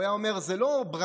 הוא היה אומר: זאת לא ברכה,